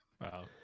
Wow